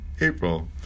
April